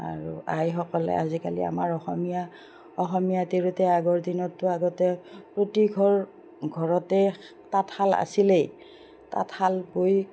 আৰু আইসকলে আজিকালি আমাৰ অসমীয়া অসমীয়া তিৰোতাই আগৰ দিনতো আগতে প্ৰতিঘৰ ঘৰতেই তাঁতশাল আছিলেই তাঁতশাল বৈ